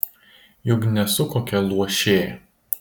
juk nesu kokia luošė